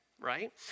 right